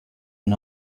and